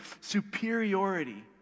Superiority